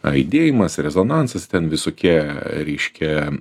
aidėjimas rezonansas ten visokie reiškia